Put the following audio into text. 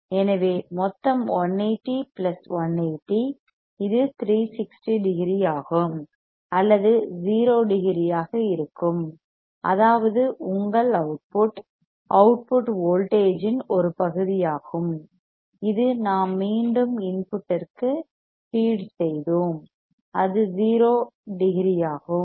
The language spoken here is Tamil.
எனவே மொத்தம் 180 பிளஸ் 180 இது 360 டிகிரி ஆகும் அல்லது 0 டிகிரியாக இருக்கும் அதாவது உங்கள் அவுட்புட் அவுட்புட் வோல்டேஜ் இன் ஒரு பகுதியாகும் இது நாம் மீண்டும் இன்புட்டிற்கு ஃபீட் செய்தோம் அது 0 டிகிரி ஆகும்